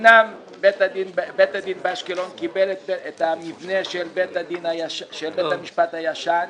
אומנם בית הדין באשקלון קיבל את המבנה של בית המשפט הישן,